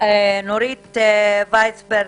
האוכלוסייה הערבית,